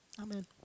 Amen